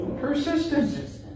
Persistence